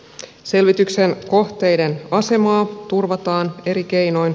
selvityksen kohteiden asemaa turvataan eri keinoin